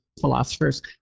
philosophers